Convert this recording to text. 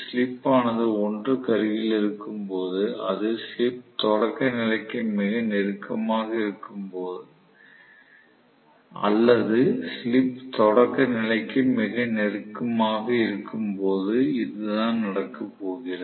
slip ஆனது 1 க்கு அருகில் இருக்கும் போது அல்லது ஸ்லிப் தொடக்க நிலைக்கு மிக நெருக்கமாக இருக்கும் போது இதுதான் நடக்கப் போகிறது